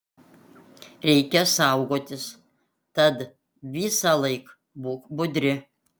reikia saugotis tad visąlaik būk budri